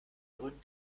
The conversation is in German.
gründen